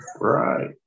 Right